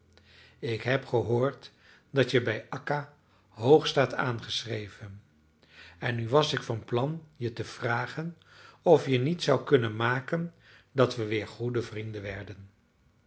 ik heb gehoord dat je bij akka hoog staat aangeschreven en nu was ik van plan je te vragen of je niet zoudt kunnen maken dat we weer goede vrienden werden